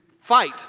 fight